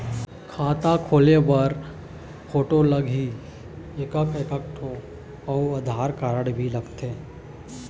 खाता खोले बर फोटो लगही एक एक ठो अउ आधार कारड भी लगथे?